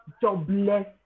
jobless